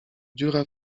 dziura